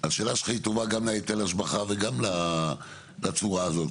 השאלה שלך היא טובה גם להיטל השבחה וגם לצורה הזאת,